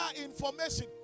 information